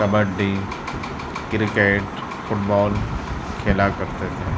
kabaddi cricket football کھیلا کرتے تھے